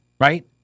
right